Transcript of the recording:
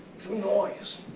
through noise,